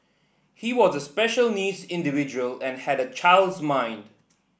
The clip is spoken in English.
he was a special needs individual and had a child's mind